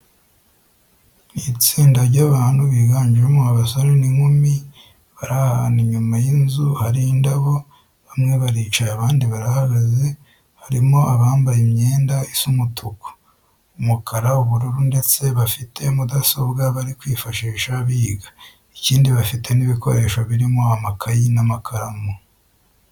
Ni itsinda ry'abantu biganjemo abasore n'inkumi, bari ahantu inyuma y'inzu hari indabo, bamwe baricaye abandi barahagaze. Harimo abambaye imyenda isa umutuku. umukara, ubururu ndetse bafite mudasobwa bari kwifashisha biga. Ikindi bafite n'ibikoresho birimo amakayi n'amakaramu.